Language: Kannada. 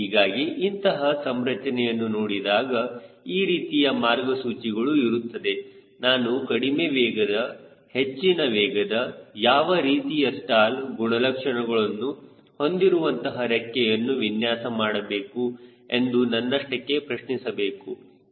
ಹೀಗಾಗಿ ಇಂತಹ ಸಂರಚನೆಯನ್ನು ನೋಡಿದಾಗ ಈ ರೀತಿಯ ಮಾರ್ಗಸೂಚಿಗಳು ಇರುತ್ತದೆ ನಾನು ಕಡಿಮೆ ವೇಗದ ಹೆಚ್ಚಿನ ವೇಗದ ಯಾವ ರೀತಿಯ ಸ್ಟಾಲ್ ಗುಣಲಕ್ಷಣಗಳನ್ನು ಹೊಂದಿರುವಂತಹ ರೆಕ್ಕೆಯನ್ನು ವಿನ್ಯಾಸ ಮಾಡಬೇಕು ಎಂದು ನನ್ನಷ್ಟಕ್ಕೆ ಪ್ರಶ್ನಿಸಬೇಕು